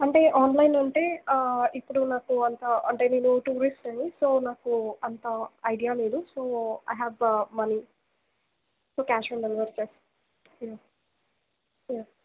అంటే ఆన్లైన్ ఉంటే ఇప్పుడు నాకు అంత అంటే నేను టూరిస్టుని సో నాకు అంత ఐడియా లేదు so I have money so cash on delivery చే యా యా